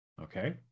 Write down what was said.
okay